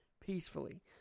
Peacefully